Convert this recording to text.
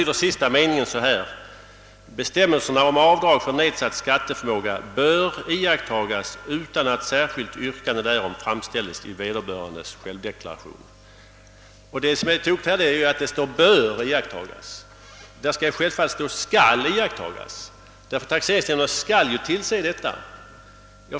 Den sista meningen i de anvisningarna lyder så: »Bestämmelserna om avdrag för nedsatt skatteförmåga bör iakttagas utan att särskilt yrkande därom framställes i vederbörandes självdeklaration.» Det felaktiga är att det står »bör iakttagas». Självfallet skall det stå »skall iakttagas». Taxeringsmyndigheterna skall ju tillse att avdrag medgives.